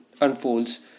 unfolds